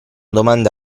domande